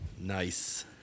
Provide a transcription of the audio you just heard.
Nice